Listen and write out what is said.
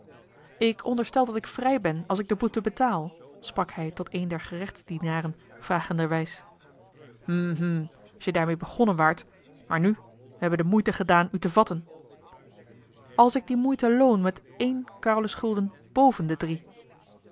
ik onderstel dat ik vrij ben als ik de boete betaal sprak hij tot een der gerechtsdienaren vragenderwijs hm hm als je daarmeê begonnen waart maar nu we hebben de moeite gedaan u te vatten als ik die moeite loon met één carolus gulden boven de drie